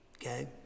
Okay